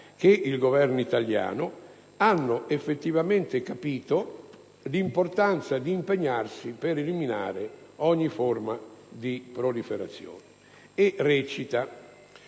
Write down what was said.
ed il Governo italiani hanno effettivamente capito l'importanza di impegnarsi per eliminare ogni forma di proliferazione. La